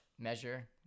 measure